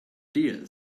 deer